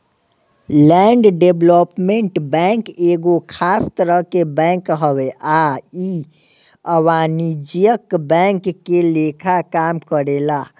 land development bank एगो खास तरह के बैंक हवे आ इ अवाणिज्यिक बैंक के लेखा काम करेला